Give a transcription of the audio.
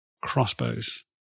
crossbows